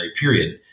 period